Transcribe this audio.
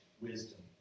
wisdom